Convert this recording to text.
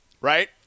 right